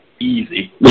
easy